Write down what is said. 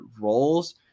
roles